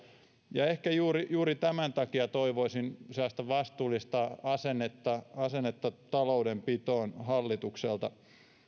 ehkä juuri juuri tämän takia toivoisin sellaista vastuullista asennetta asennetta taloudenpitoon hallitukselta haluan